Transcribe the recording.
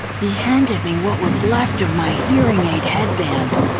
he handed me what was left of my hearing aid headband.